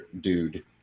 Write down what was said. dude